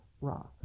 raw